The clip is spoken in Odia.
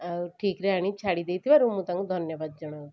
ଆଉ ଠିକରେ ଆଣି ଛାଡ଼ି ଦେଇଥିବାରୁ ମୁଁ ତାଙ୍କୁ ଧନ୍ୟବାଦ ଜଣାଉଛି